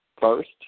first